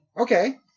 okay